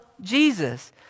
Jesus